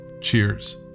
Cheers